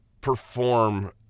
perform